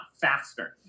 faster